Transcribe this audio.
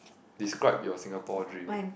describe your Singapore dream